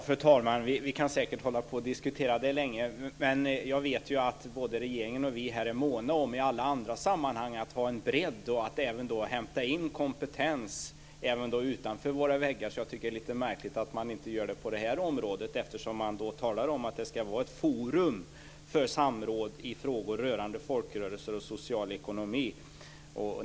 Fru talman! Vi kan säkert hålla på med den diskussionen väldigt länge. Jag vet att både regeringen och vi i alla andra sammanhang är måna om att ha en bredd och om att hämta in kompetens, även utanför våra väggar. Därför tycker jag att det är lite märkligt att man inte gör det på det här området. Det talas ju om ett forum för samråd i frågor rörande folkrörelser och social ekonomi.